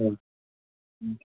ꯎꯝ ꯎꯝ